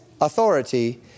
authority